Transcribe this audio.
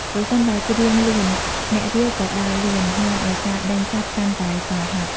ប្រសិនបើច្រៀងលឿន អ្នករាវក៏ដើរលឿន នាំឱ្យការដេញចាប់កាន់តែស្វាហាប់។